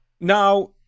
Now